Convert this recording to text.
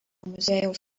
muziejaus